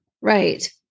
Right